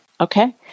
Okay